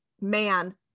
man